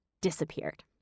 disappeared